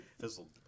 fizzled